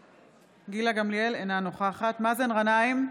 גמליאל, אינה נוכחת מאזן גנאים,